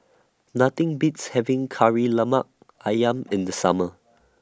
Nothing Beats having Kari Lemak Ayam in The Summer